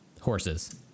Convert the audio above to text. horses